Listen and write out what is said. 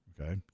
Okay